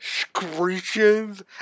screeches